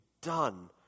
done